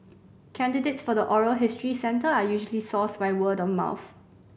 candidates for the oral history centre are usually sourced by word of mouth